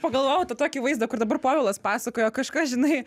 pagalvojau tą tokį vaizdą kur dabar povilas pasakojo kažkas žinai